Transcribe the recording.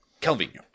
Calvino